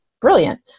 brilliant